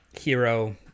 hero